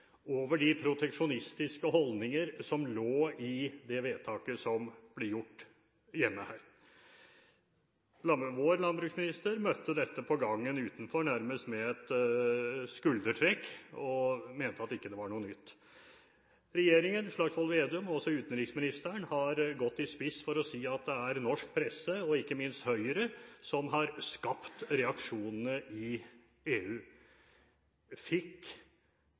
over de proteksjonistiske holdninger som lå i vedtaket som ble gjort her hjemme. Vår landbruksminister møtte dette på gangen utenfor nærmest med et skuldertrekk og mente at det ikke var noe nytt. Regjeringen – ved Slagsvold Vedum og utenriksministeren – har gått i spissen for å si at det er norsk presse, og ikke minst Høyre, som har skapt reaksjonene i EU. Fikk